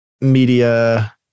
media